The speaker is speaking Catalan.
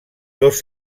dos